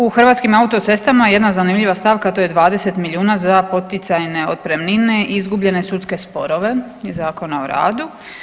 U Hrvatskim autocestama jedna zanimljiva stavka to je 20 milijuna za poticajne otpremnine i izgubljene sudske sporove iz Zakona o radu.